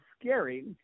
scary